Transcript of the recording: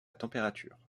température